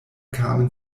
kam